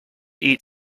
eat